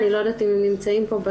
אני לא יודעת אם הם נמצאים בדיון,